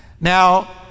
Now